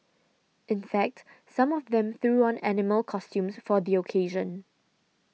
in fact some of them threw on animal costumes for the occasion